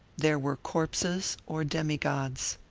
there were corpses or demi-gods.